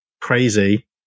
crazy